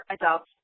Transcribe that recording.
adults